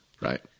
right